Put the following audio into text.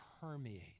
permeate